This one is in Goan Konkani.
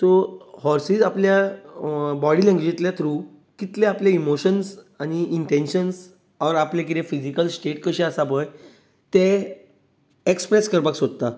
सो हाॅर्सीस आपल्या बाॅडी लेंगवजीतल्या थ्रू कितले आपले इमोशन्स आनी इंन्टेंन्शन्स ओर आपलें कितें फिजीकल स्टेट कशी आसा पळय ते एक्प्रेस करपाक सोदतात